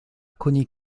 connie